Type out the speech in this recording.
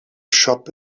shop